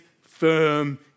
firm